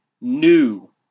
new